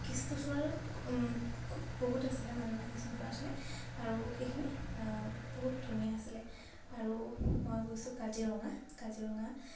কৃষ্ণচূড়াৰ খুব বহুত আছিলে মাজে মাজে কৃষ্ণচূড়া আছিলে আৰু সেইখিনি বহুত ধুনীয়া আছিলে আৰু মই গৈছোঁ কাজিৰঙা কাজিৰঙা